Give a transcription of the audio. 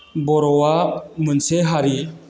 बर'आ मोनसे हारि